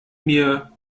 mir